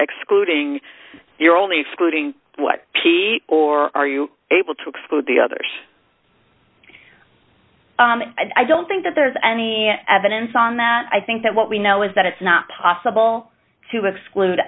excluding you're only excluding what p or are you able to exclude the others i don't think that there's any evidence on that i think that what we know is that it's not possible to exclude